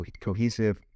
cohesive